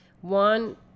One